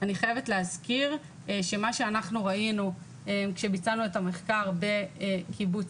אני חייבת להזכיר שמה שאנחנו ראינו כשביצענו את המחקר בקיבוץ